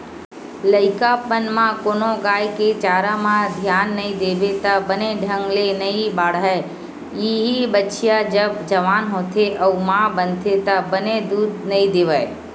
लइकापन म कोनो गाय के चारा म धियान नइ देबे त बने ढंग ले नइ बाड़हय, इहीं बछिया जब जवान होथे अउ माँ बनथे त बने दूद नइ देवय